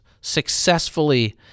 successfully